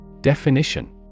Definition